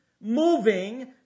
moving